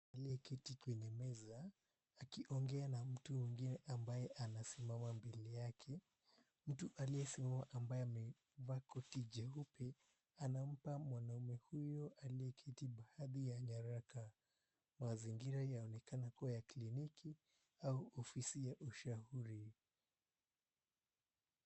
Aliyeketi kwenye meza akiongea na mtu mwingine ambaye anasimama mbele yake. Mtu aliyesimama ambaye amevaa koti jeupe anampa mwanaume huyo aliyeketi baadhi ya nyaraka. Mazingira yaonekana kuwa ya kliniki au ofisi ya ushauri.